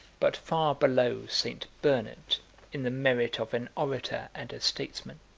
but far below st. bernard in the merit of an orator and a statesman.